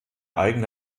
eigene